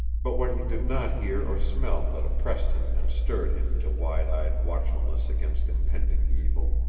but what he did not hear or smell that oppressed him and stirred him to wide-eyed watchfulness against impending evil.